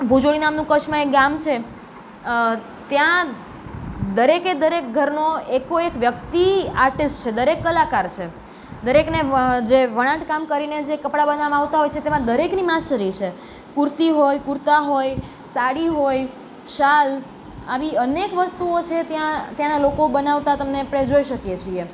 ભુજોળી નામનું કચ્છમાં એક ગામ છે ત્યાં દરેકે દરેક ઘરનો એકેએક વ્યક્તિ આર્ટિસ્ટ છે દરેક કલાકાર સે દરેકને જે જે વણાટ કામ કરીને જે કપડા બનાવામાં આવતા હોય છે તેમાં દરેકની માસ્ટરી છે કુર્તી હોય કુર્તા હોય સાડી હોય શાલ આવી અનેક વસ્તુઓ છે ત્યાં ત્યાંનાં લોકો બનાવતા તમને આપણે જોઈ શકીએ છીએ એમ